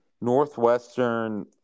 Northwestern